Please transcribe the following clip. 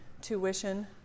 tuition